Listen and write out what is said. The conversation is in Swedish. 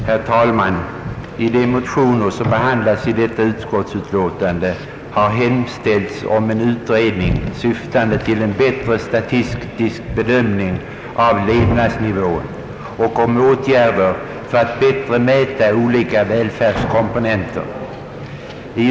Herr talman! I de motioner som behandlas i detta utskottsutlåtande har hemställts om en utredning siktande till en bättre statistisk bedömning av levnadsnivån och om åtgärder för att bättre mäta olika välfärdskomponenter.